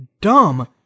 dumb